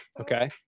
Okay